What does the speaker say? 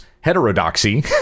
heterodoxy